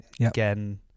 again